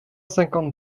cinquante